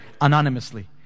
anonymously